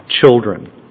children